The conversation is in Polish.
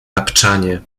tapczanie